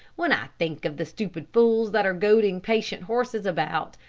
when i think of the stupid fools that are goading patient horses about,